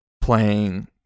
playing